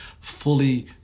fully